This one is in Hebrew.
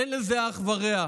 אין לזה אח ורע.